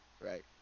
right